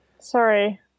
sorry